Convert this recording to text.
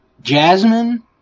Jasmine